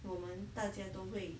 我们大家都会